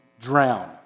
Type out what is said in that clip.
drown